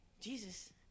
Jesus